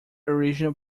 original